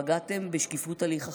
פגעתם בשקיפות הליך החקיקה,